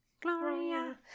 Gloria